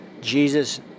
Jesus